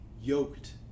yoked